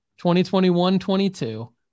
2021-22